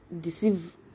deceive